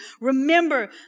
Remember